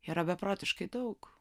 yra beprotiškai daug